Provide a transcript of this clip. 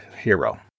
hero